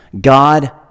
God